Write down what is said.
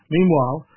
Meanwhile